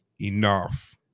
enough